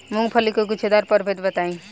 मूँगफली के गूछेदार प्रभेद बताई?